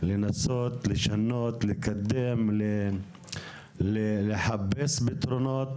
לנסות לשנות, לקדם, לחפש פתרונות,